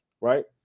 right